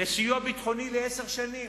לסיוע ביטחוני לעשר שנים,